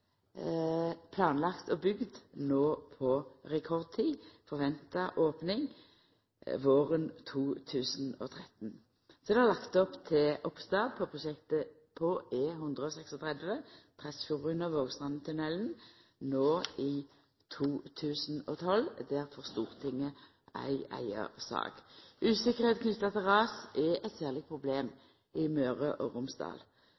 og bygd på rekordtid. Forventa opning er våren 2013. Det er lagt opp til oppstart av prosjektet E136 Tresfjordbrua og Vågstrandtunnelen no i 2012. Her får Stortinget ei eiga sak. Usikkerheit knytt til ras er eit særleg problem i Møre og Romsdal.